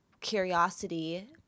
curiosity